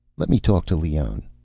let me talk to leone.